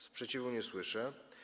Sprzeciwu nie słyszę.